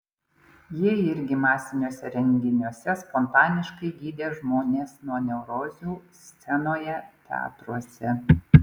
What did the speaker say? jie irgi masiniuose renginiuose spontaniškai gydė žmonės nuo neurozių scenoje teatruose